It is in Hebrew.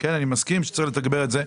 אני מסכים שצריך לתגבר את זה.